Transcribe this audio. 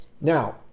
Now